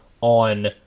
on